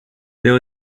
there